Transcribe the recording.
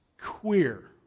queer